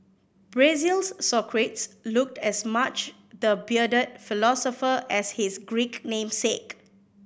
Brazil's Socrates looked as much the bearded philosopher as his Greek namesake